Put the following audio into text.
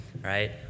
right